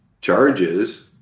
charges